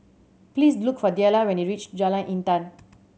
please look for Delila when you reach Jalan Intan